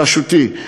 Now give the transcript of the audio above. בראשותי,